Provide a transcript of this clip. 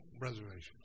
reservations